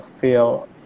feel